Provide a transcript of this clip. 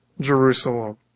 Jerusalem